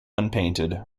unpainted